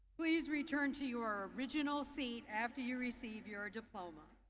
please return to your original seat after you receive your diploma.